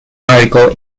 article